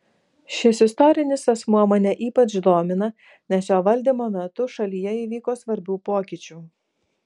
šis istorinis asmuo mane ypač domina nes jo valdymo metu šalyje įvyko svarbių pokyčių